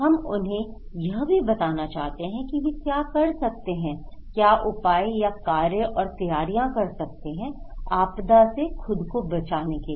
हमें उन्हें यह भी बताना चाहिए कि वे क्या कर सकते हैं क्या उपाय या कार्य और तैयारियाँ कर सकते हैं आपदा से खुद को बचाने के लिए